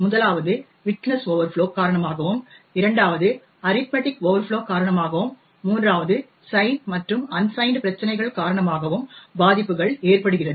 முதலாவது விட்த்னஸ் ஓவர்ஃப்ளோ காரணமாகவும் இரண்டாவது அரித்மடிக் ஓவர்ஃப்ளோ காரணமாகவும் மூன்றாவது சைன் மற்றும் அன்சைன்ட் பிரச்சினைகள் காரணமாகவும் பாதிப்புகள் ஏற்படுகிறது